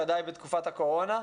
ודאי בתקופת הקורונה.